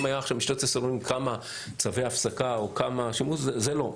אם היו עכשיו במשטרת ישראל כמה צווי הפסקה, זה לא.